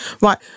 Right